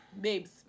babes